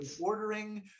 ordering